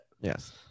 Yes